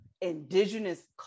indigenous